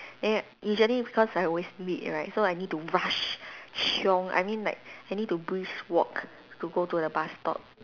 then usually because I always late right so I need to rush chiong I mean like I need to brisk walk to go to the bus stop